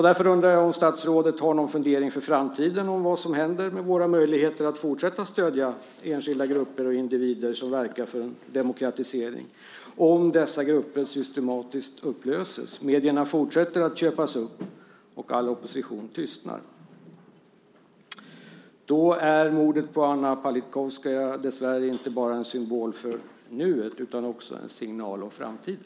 Därför undrar jag om statsrådet har någon fundering inför framtiden om vad som händer med våra möjligheter att fortsätta stödja enskilda grupper och individer som verkar för demokratisering om dessa grupper systematiskt upplöses, medierna fortsätter köpas upp och all opposition tystnar. Då är mordet på Anna Politkovskaja dessvärre inte bara en symbol för nuet utan också en signal om framtiden.